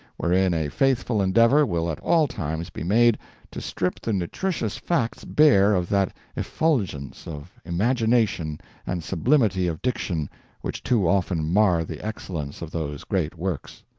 wherein a faithful endeavour will at all times be made to strip the nutritious facts bare of that effulgence of imagination and sublimity of diction which too often mar the excellence of those great works.